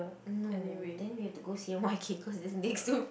no then we have to go C_N_Y_K cause it's just next to